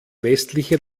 westliche